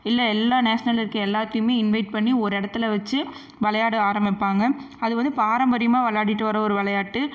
இல்லை எல்லா நேஷனல்ல இருக்க எல்லாத்தையும் இன்வைட் பண்ணி ஒரு இடத்துல வச்சு விளையாட ஆரம்பிப்பாங்கள் அது வந்து பாரம்பரியமாக விளையாடிட்டு வர ஒரு விளையாட்டு